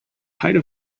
height